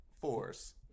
force